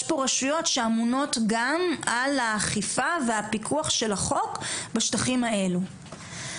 יש פה רשויות שאמונות גם על האכיפה והפיקוח של החוק בשטחים האלו.